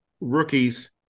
rookies